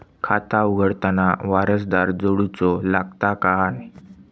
खाता उघडताना वारसदार जोडूचो लागता काय?